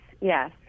yes